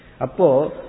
Apo